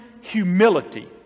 humility